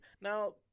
Now